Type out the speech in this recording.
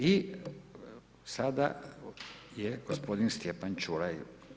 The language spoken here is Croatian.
I sada je g. Stjepan Čuraj.